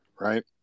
right